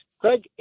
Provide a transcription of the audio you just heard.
Craig